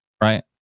Right